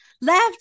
left